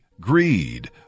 greed